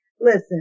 listen